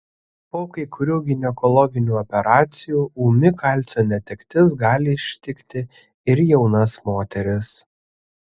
po kai kurių ginekologinių operacijų ūmi kalcio netektis gali ištikti ir jaunas moteris